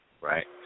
right